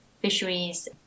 fisheries